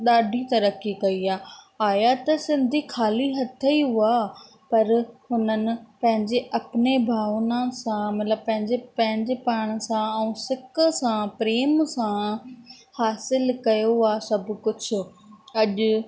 ॾाढी तरक़ी कई आहे आहियां त सिंधी ख़ाली हथ ई हुआ पर हुननि पंहिंजे अपने भावना सां मतिलबु पंहिंजे पंहिंजे पाण सां ऐं सिक सां प्रेम सां हासिलु कयो आहे सभु कुझु अॼु